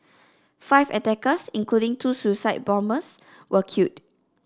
five attackers including two suicide bombers were killed